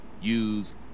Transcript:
use